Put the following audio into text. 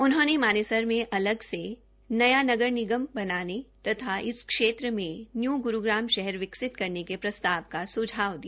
उन्होंने मानेसर में अलग से नया नगर निगम बनाने तथा इस क्षेत्र में न्यू गुरुग्राम शहर विकसित करने के प्रस्ताव का सुझाव दिया